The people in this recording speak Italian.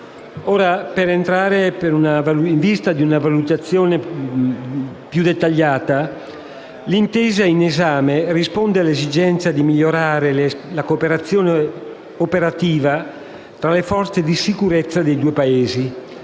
ma in vista di una valutazione più dettagliata dirò che l'intesa in esame risponde all'esigenza di migliorare la cooperazione operativa tra le forze di sicurezza dei due Paesi,